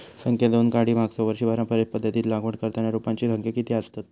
संख्या दोन काडी मागचो वर्षी पारंपरिक पध्दतीत लागवड करताना रोपांची संख्या किती आसतत?